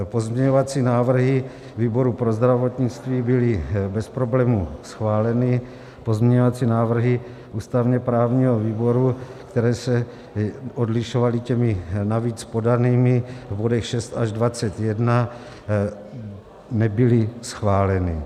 Pozměňovací návrhy výboru pro zdravotnictví byly bez problémů schváleny, pozměňovací návrhy ústavněprávního výboru, které se odlišovaly těmi navíc podanými v bodech 6 až 21, nebyly schváleny.